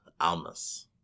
Almas